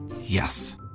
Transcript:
Yes